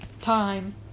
time